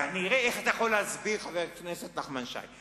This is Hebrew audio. כנראה, איך אתה יכול להסביר, חבר הכנסת נחמן שי?